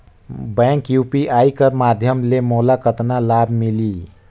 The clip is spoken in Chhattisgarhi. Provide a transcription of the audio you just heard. बैंक यू.पी.आई कर माध्यम ले मोला कतना लाभ मिली?